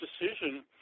decision